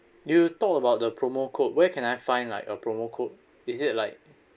you talk about the promo code where can I find like a promo code is it like